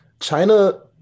China